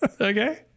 Okay